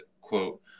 quote